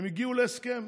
הם הגיעו להסכם